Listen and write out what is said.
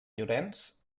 llorenç